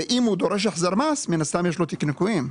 ואם הוא דורש החזר מס מן הסתם יש לו תיק ניכויים,